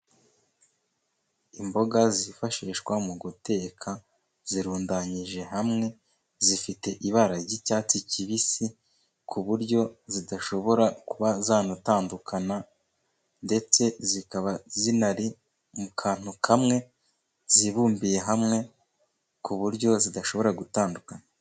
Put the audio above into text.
Imboga zifashishwa mu guteka, zirundanyije hamwe, zifite ibara ry'icyatsi kibisi ku buryo zidashobora kuba zanatandukana, ndetse zikaba zinari mu kantu kamwe, zibumbiye hamwe, ku buryo zidashobora gutandukana.